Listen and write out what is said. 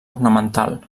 ornamental